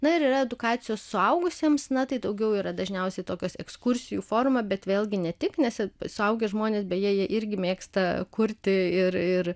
na ir yra edukacijos suaugusiems na tai daugiau yra dažniausiai tokios ekskursijų forma bet vėlgi ne tik nes suaugę žmonės beje jie irgi mėgsta kurti ir ir